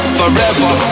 forever